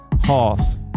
horse